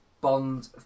Bond